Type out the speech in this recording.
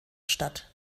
statt